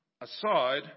aside